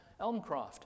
Elmcroft